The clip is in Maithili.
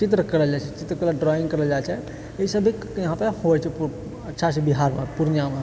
चित्र करल जाइत छै चित्रकला ड्राइंग करल जाइत छै ई सब भी यहाँपे होइत छै अच्छा से बिहारमे पूर्णियामे